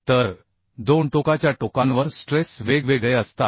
तर दोन टोकाच्या टोकांवर स्ट्रेस वेगवेगळे असतात